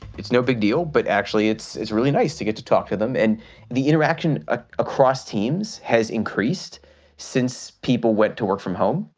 it's no big deal, but actually it's it's really nice to get to talk to them. and the interaction ah across teams has increased since people went to work from home.